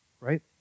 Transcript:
right